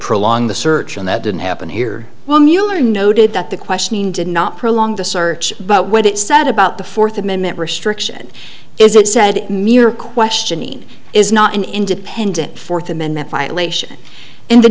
prolong the search and that didn't happen here when you were noted that the questioning did not prolong the search but what it said about the fourth amendment restriction is it said mere questioning is not an independent fourth amendment